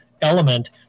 element